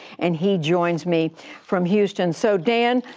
and he joins me from houston. so, dan,